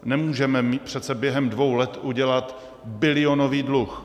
Nemůžeme přece během dvou let udělat bilionový dluh.